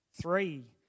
three